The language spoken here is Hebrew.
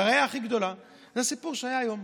והראיה הכי גדולה זה הסיפור שהיה היום,